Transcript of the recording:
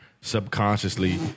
subconsciously